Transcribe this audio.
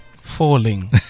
Falling